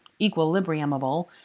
equilibriumable